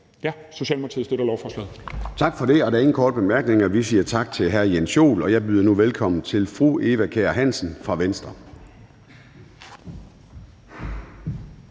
Kl. 11:07 Formanden (Søren Gade): Tak for det. Der er ingen korte bemærkninger. Vi siger tak til hr. Jens Joel. Og jeg byder nu velkommen til fru Eva Kjer Hansen fra Venstre.